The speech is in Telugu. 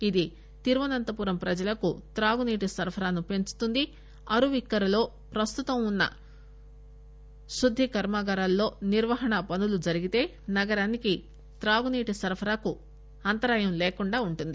ఇది తిరువనంతపురం ప్రజలకు తాగునీటి సరఫరాను పెంచుతుంది అరువిక్కరలో ప్రస్తుతం ఉన్న శుద్ది కర్మాగారాల్లో నిర్వాహణ పనులు జరిగితే నగరానికి త్రాగునీటి సరఫరాకు అంతరాయం లేకుండా ఉంటుంది